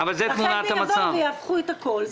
כאשר אחרי זה יבואו ויהפכו את הכל.